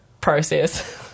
process